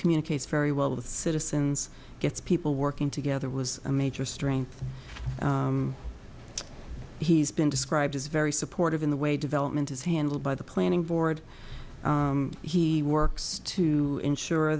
communicates very well with citizens gets people working together was a major strength he's been described as very supportive in the way development is handled by the planning board he works to ensure